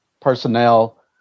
personnel